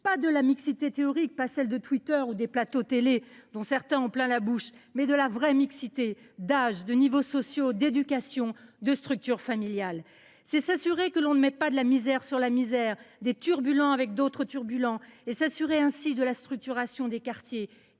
pas la mixité théorique, pas celle de Twitter ou des plateaux de télévision, dont certains ont plein la bouche, mais la vraie mixité, celle d’âge, de niveaux sociaux, d’éducation, de structure familiale. Il s’agit aussi de s’assurer que l’on ne met pas de la misère sur de la misère, des turbulents avec d’autres turbulents, pour garantir ainsi la structuration des quartiers